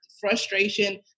frustration